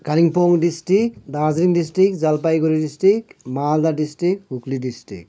Kalimpong district Darjeeling district Jalpaiguri district Malda district Hooghly district